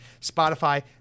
Spotify